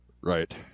Right